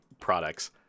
products